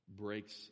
breaks